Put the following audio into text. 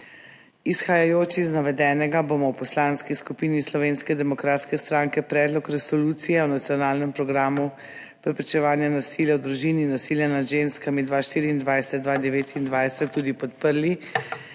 Izhajajoč iz navedenega bomo v Poslanski skupini Slovenske demokratske stranke Predlog resolucije o nacionalnem programu preprečevanja nasilja v družini in nasilja nad ženskami 2024–2029 tudi podprli